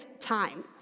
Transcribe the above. time